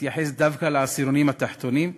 התייחס דווקא לעשירונים התחתונים,